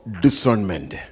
discernment